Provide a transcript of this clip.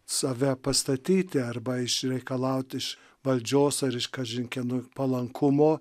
save pastatyti arba išreikalauti iš valdžios ar iš kažin kieno palankumo